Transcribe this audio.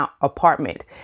apartment